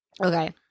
Okay